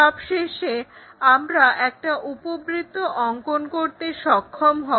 সবশেষে আমরা একটা উপবৃত্ত অংকন করতে সক্ষম হব